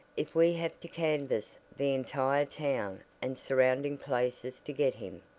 if we have to canvass the entire town and surrounding places to get him.